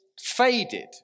faded